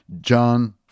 John